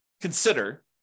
consider